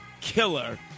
killer